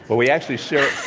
but we actually share